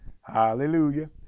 Hallelujah